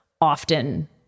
often